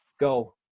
go